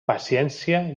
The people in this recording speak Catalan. paciència